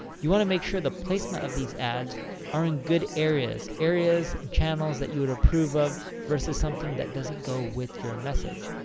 you want to make sure the placement of these ads are in good areas. areas and channels that you would approve of versus something that doesn't go with your message.